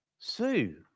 Sue